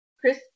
Chris